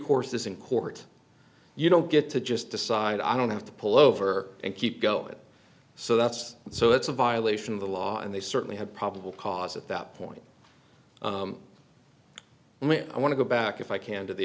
recourse this in court you don't get to just decide i don't have to pull over and keep going it so that's so that's a violation of the law and they certainly have probable cause at that point i want to go back if i can to the